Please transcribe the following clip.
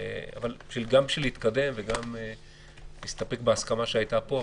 גם כדי להתקדם, נסתפק בהסכמה שהיתה פה.